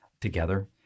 together